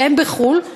כשהם בחו"ל,